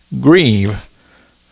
grieve